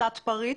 הפחתת פריט,